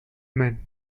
man